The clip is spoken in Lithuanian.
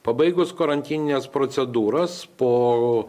pabaigus karantinines procedūras po